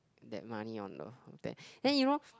that money on then you know